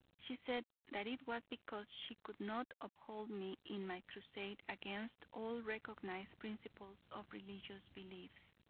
she said that it was because she could not uphold me in my crusade against all recognized principles of religious beliefs.